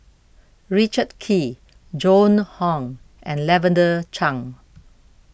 Richard Kee Joan Hon and Lavender Chang